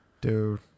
Dude